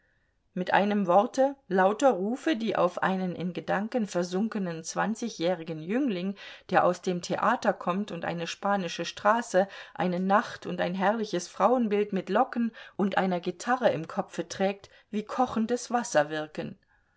mit einem worte lauter rufe die auf einen in gedanken versunkenen zwanzigjährigen jüngling der aus dem theater kommt und eine spanische straße eine nacht und ein herrliches frauenbild mit locken und einer gitarre im kopfe trägt wie kochendes wasser wirken